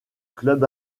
club